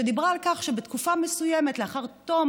שדיברה על כך שבתקופה מסוימת, לאחר תום